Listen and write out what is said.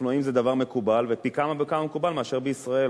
אופנועים זה דבר מקובל ופי כמה וכמה מקובל מאשר בישראל,